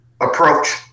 approach